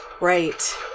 Right